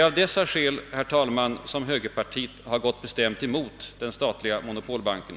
Av dessa skäl, herr talman, har högerpartiet bestämt gått emot den statliga monopolbanken.